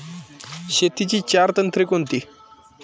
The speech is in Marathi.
शेतीची चार तंत्रे कोणती?